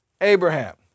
Abraham